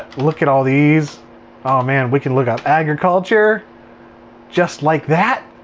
look at all these. oh man, we can look up agriculture just like that.